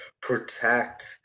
protect